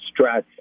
Strat